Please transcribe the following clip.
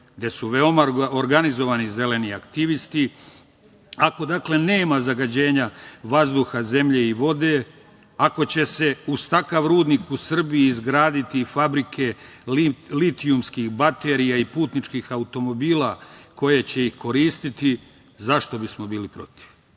gde su veoma organizovani zeleni aktivisti, ako nema zagađenja vazduha, zemlje i vode, ako će se uz takav rudnik u Srbiji izgraditi i fabrike litijumskih baterija i putničkih automobila koje će i koristiti, zašto bismo bili protiv?